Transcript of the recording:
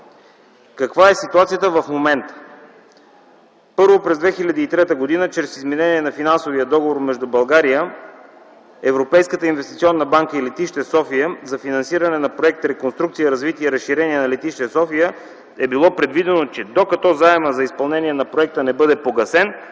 Каква е ситуацията в момента? Първо, през 2003 г. чрез изменение на финансовия договор между България, Европейската инвестиционна банка и летище София за финансиране на проект „Реконструкция, развитие и разширение на летище София” е било предвидено, че докато заемът за изпълнение на проекта не бъде погасен,